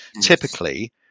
typically